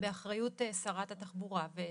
באחריות שרת התחבורה.